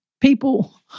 People